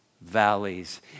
valleys